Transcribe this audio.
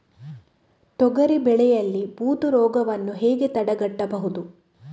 ತೊಗರಿ ಬೆಳೆಯಲ್ಲಿ ಬೂದು ರೋಗವನ್ನು ಹೇಗೆ ತಡೆಗಟ್ಟಬಹುದು?